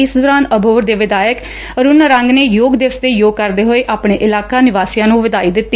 ਇਸ ਦੌਰਾਨ ਅਬੋਹਰ ਦੇ ਵਿਧਾਇਕ ਅਰੁਨ ਨਾਰੰਗ ਨੇ ਯੋਗ ਦਿਵਸ ਤੇ ਯੋਗ ਕੁਰਦੇ ਹੋਏ ਆਪਣੇ ਇਲਾਕਾ ਨਿਵਾਸੀਆਂ ਨੂੰ ਵਧਾਈ ਦਿੱਤੀ